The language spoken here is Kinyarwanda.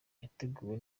yateguwe